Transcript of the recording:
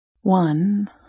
One